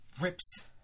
rips